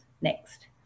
next